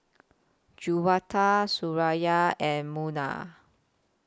Juwita Suraya and Munah